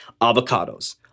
avocados